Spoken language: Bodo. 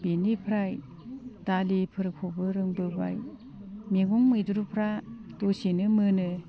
बेनिफ्राय दालिफोरखौबो रोंबोबाय मैगं मैद्रुफ्रा दसेनो मोनो